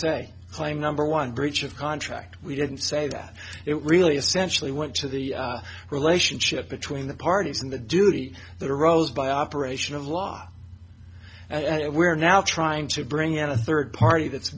say claim number one breach of contract we didn't say that it really essentially went to the relationship between the parties and the duty that arose by operation of law at it we're now trying to bring in a third party that's